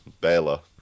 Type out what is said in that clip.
Bella